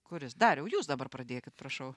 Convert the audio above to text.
kuris dariau jūs dabar pradėkit prašau